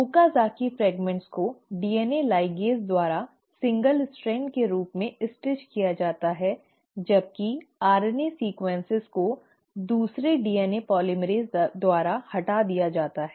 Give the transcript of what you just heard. Okazaki fragments को DNA ligase द्वारा एकल स्ट्रैंड के रूप में स्टिच किया जाता है जबकि आरएनए सीक्वन्स को दूसरे डीएनए पोलीमरेज़ द्वारा हटा दिया जाता है